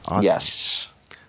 yes